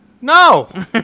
no